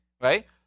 right